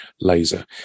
laser